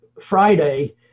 Friday